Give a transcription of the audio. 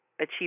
achieve